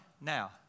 now